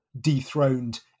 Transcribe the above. dethroned